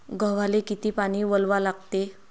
गव्हाले किती पानी वलवा लागते?